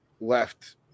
left